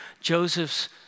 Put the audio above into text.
Joseph's